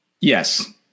yes